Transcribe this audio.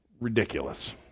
ridiculous